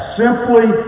simply